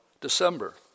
December